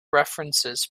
references